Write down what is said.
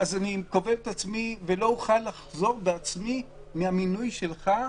אז אני כובל את עצמי ולא אוכל לחזור בעצמי מהמינוי שלך,